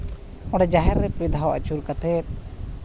ᱚᱸᱰᱮ ᱡᱟᱦᱮᱨ ᱨᱮ ᱵᱮᱫᱷᱟᱣ ᱟᱹᱪᱩᱨ ᱠᱟᱛᱮᱫ